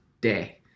day